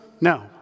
No